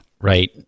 right